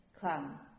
come